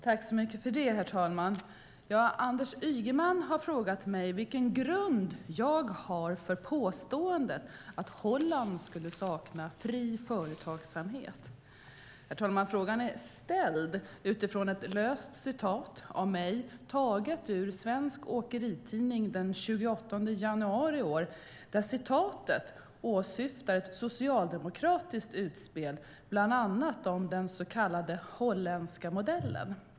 Herr talman! Anders Ygeman har frågat mig vilken grund jag har för påståendet att Holland skulle sakna fri företagsamhet. Herr talman! Frågan är ställd utifrån ett löst citat av mig, taget ur Svensk Åkeritidning den 28 januari i år. Citatet åsyftar ett socialdemokratiskt utspel om bland annat den så kallade holländska modellen.